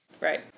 Right